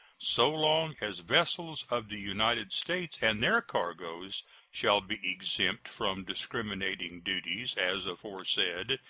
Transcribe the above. so long as vessels of the united states and their cargoes shall be exempt from discriminating duties as aforesaid,